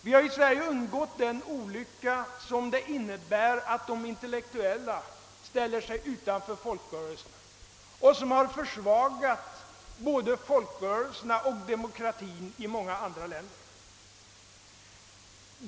Vi har i Sverige undgått den olyckan att de intellektuella ställer sig utanför folkrörelserna, något som försvagat både folkrörelserna och demokratin i många andra länder.